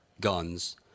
guns